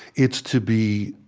it's to be,